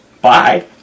Bye